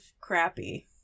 crappy